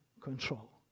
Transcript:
control